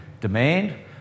demand